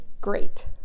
great